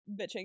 bitching